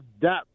depth